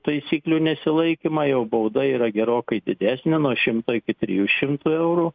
taisyklių nesilaikymą jau bauda yra gerokai didesnė nuo šimto iki trijų šimtų eurų